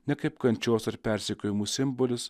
ne kaip kančios ar persekiojimų simbolis